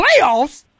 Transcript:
Playoffs